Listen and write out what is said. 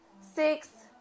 six